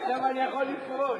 עכשיו אני יכול לפרוש.